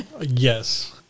Yes